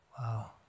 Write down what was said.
Wow